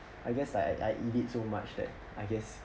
I guess like I I eat it so much that I guess